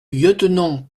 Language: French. lieutenant